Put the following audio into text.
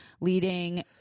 leading